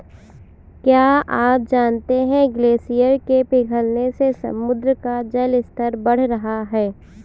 क्या आप जानते है ग्लेशियर के पिघलने से समुद्र का जल स्तर बढ़ रहा है?